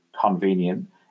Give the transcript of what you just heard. convenient